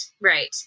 right